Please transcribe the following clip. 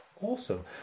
awesome